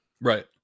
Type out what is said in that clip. right